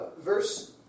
verse